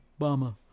Obama